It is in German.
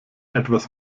etwas